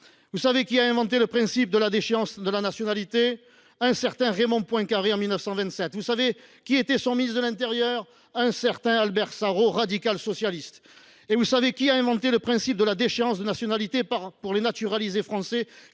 vous qui a inventé le principe de la déchéance de nationalité ? Un certain Raymond Poincaré, en 1927. Savez vous qui était son ministre de l’intérieur ? Un certain Albert Sarraut, radical socialiste. Savez vous qui a mis en place le principe de la déchéance de nationalité pour les naturalisés Français